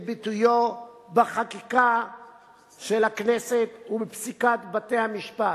ביטויו בחקיקה של הכנסת ובפסיקת בתי-המשפט.